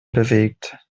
bewegt